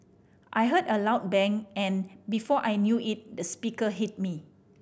I heard a loud bang and before I knew it the speaker hit me